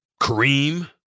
Kareem